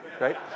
right